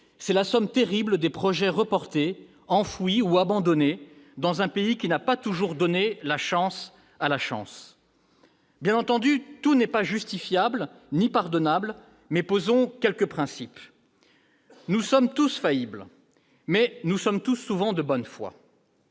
c'est la somme terrible des projets reportés, enfouis ou abandonnés, dans un pays qui n'a pas toujours donné sa chance à la chance. Bien entendu, tout n'est pas justifiable ni pardonnable, mais posons quelques principes. Nous sommes tous faillibles, mais nous sommes souvent de bonne foi.